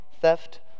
theft